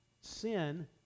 sin